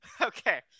Okay